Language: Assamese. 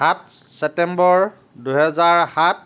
সাত ছেপ্তেম্বৰ দুহেজাৰ সাত